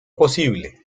posible